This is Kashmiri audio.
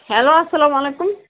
ہیٚلو اَسلامُ علیکُم